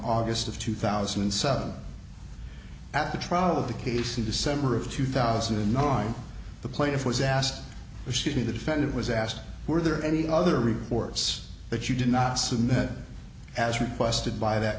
august of two thousand and seven at the trial of the case in december of two thousand and nine the plaintiff was asked if she did the defendant was asked were there any other reports that you did not submit as requested by that